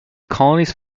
colonies